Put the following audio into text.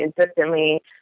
insistently